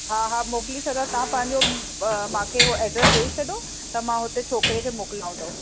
हा हा मोकिली सघां तव्हां पंहिंजो मूंखे हो एड्रेस ॾेई छॾो त मां हुते छोकिरे के मोकिलियांव थो